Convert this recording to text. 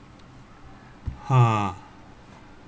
ha